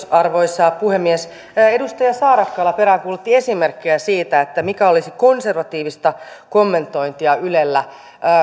arvoisa puhemies edustaja saarakkala peräänkuulutti esimerkkejä siitä mikä olisi konservatiivista kommentointia ylellä